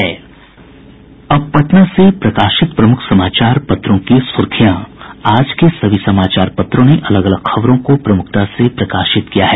अब पटना से प्रकाशित प्रमुख समाचार पत्रों की सुर्खियां आज के सभी समाचार पत्रों ने अलग अलग खबरों को प्रमुखता से प्रकाशित किया है